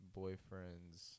boyfriend's